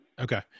Okay